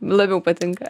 labiau patinka